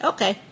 Okay